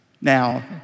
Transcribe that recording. Now